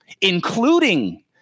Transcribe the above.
including